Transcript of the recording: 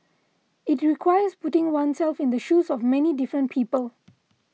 it requires putting oneself in the shoes of many different people